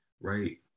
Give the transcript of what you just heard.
right